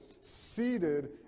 seated